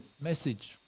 message